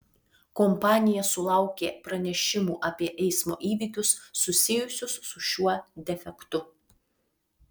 kompanija sulaukė pranešimų apie eismo įvykius susijusius su šiuo defektu